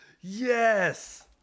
Yes